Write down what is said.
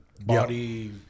body